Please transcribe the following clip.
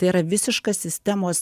tai yra visiškas sistemos